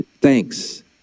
thanks